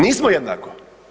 Nismo jednako.